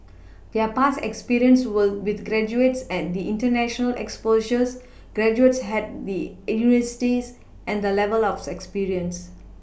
their past experience will with graduates at the international exposure graduates had the universities and the level of expertise